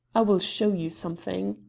i will show you something.